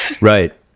Right